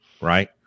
Right